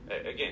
Again